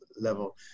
level